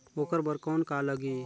ओकर बर कौन का लगी?